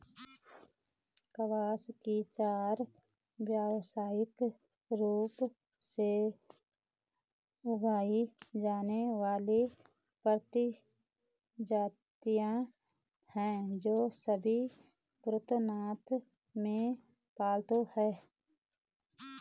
कपास की चार व्यावसायिक रूप से उगाई जाने वाली प्रजातियां हैं, जो सभी पुरातनता में पालतू हैं